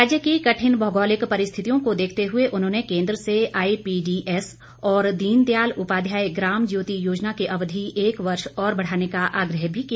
राज्य की कठिन भौगोलिक परिस्थितियों को देखते हुए उन्होंने केंद्र से आईपीडीएस और दीनदयाल उपाध्याय ग्राम ज्योति योजना की अवधि एक वर्ष और बढ़ाने का आग्रह भी किया